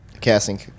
casting